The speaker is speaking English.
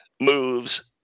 moves